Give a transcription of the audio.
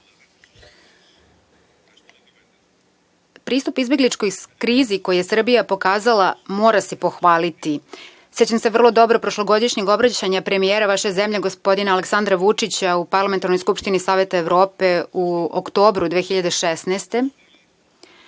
Pristup izbegličkoj krizi koju je Srbija pokazala mora se pohvaliti. Sećam se vrlo dobro prošlogodišnjeg obraćanja premijera vaše zemlje, gospodina Aleksandra Vučića u Parlamentarnoj skupštini Saveta Evrope u oktobru 2016.